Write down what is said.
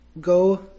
go